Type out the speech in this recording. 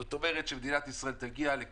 זאת אומרת שמדינת ישראל תגיע בדצמבר